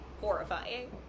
horrifying